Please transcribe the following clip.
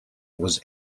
was